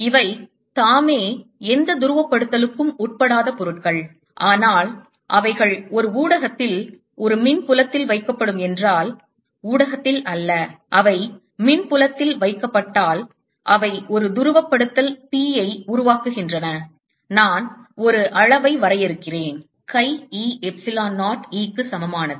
இவை தாமே எந்த துருவப்படுத்தலுக்கும் உட்படாத பொருட்கள் ஆனால் அவைகள் ஒரு ஊடகத்தில் ஒரு மின்புலத்தில் வைக்கப்படும் என்றால் ஊடகத்தில் அல்ல அவை மின்புலத்தில் வைக்கப்பட்டால் அவை ஒரு துருவப்படுத்தல் P யை உருவாக்குகின்றன நான் ஒரு அளவை வரையறுக்கிறேன் chi e எப்சிலோன் 0 E க்கு சமமானது